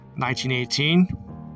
1918